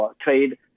trade